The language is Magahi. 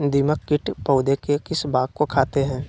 दीमक किट पौधे के किस भाग को खाते हैं?